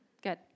Good